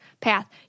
path